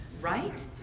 right